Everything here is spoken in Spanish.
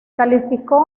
calificó